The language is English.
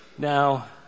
Now